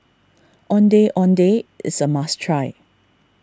Ondeh Ondeh is a must try